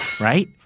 right